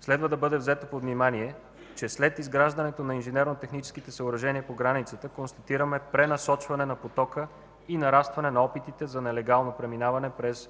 Следва да бъде взето под внимание, че след изграждането на инженерно-техническите съоръжения по границата констатираме пренасочване на потока и нарастване на опитите за нелегално преминаване през